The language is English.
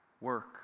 work